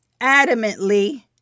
adamantly